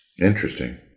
Interesting